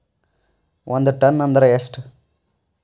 ಒಂದ್ ಟನ್ ಅಂದ್ರ ಎಷ್ಟ?